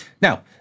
Now